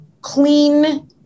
clean